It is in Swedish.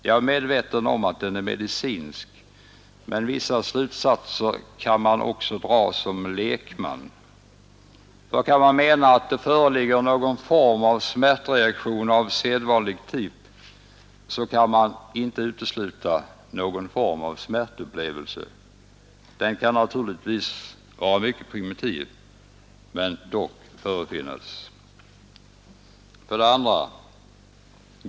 Jag är medveten om att den är medicinsk, men vissa slutsatser kan man också dra som lekman. För kan man mena att det föreligger någon form av smärtreaktion av sedvanlig typ, så kan man inte utesluta någon form av smärtupplevelse. Den kan naturligtvis vara mycket primitiv, men dock förefinnas. 2.